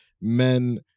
men